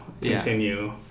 continue